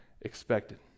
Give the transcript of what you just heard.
expected